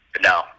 No